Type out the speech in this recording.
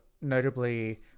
notably